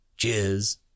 Cheers